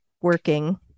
working